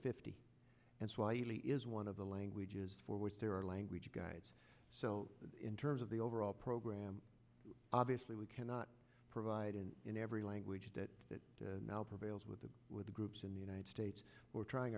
fifty and swahili is one of the languages for which there are language guides so in terms of the overall program obviously we cannot provide an in every language that prevails with the with the groups in the united states we're trying